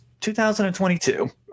2022